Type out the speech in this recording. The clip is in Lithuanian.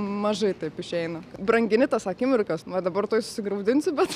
mažai taip išeina brangini tas akimirkas va dabar tuoj susigraudinsiu bet